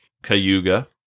Cayuga